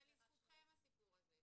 זה לזכותכם, הסיפור הזה,